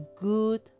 good